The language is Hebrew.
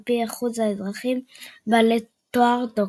על פי אחוז אזרחים בעלי תואר דוקטור.